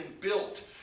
built